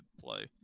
play